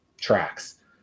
tracks